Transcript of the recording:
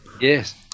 Yes